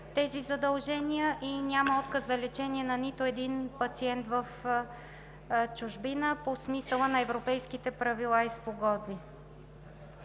тези задължения и няма отказ за лечение на нито един пациент в чужбина по смисъла на европейските правила и спогодби.